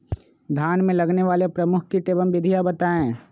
धान में लगने वाले प्रमुख कीट एवं विधियां बताएं?